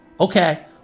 Okay